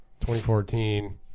2014